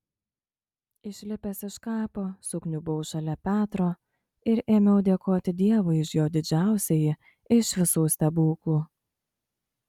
išlipęs iš kapo sukniubau šalia petro ir ėmiau dėkoti dievui už jo didžiausiąjį iš visų stebuklų